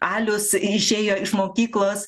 alius išėjo iš mokyklos